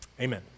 Amen